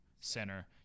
center